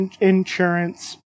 insurance